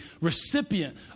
recipient